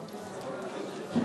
קודמת?